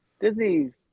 Disney's